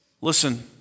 Listen